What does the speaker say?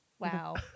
wow